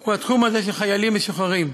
הוא התחום הזה של החיילים המשוחררים.